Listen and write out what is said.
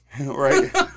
right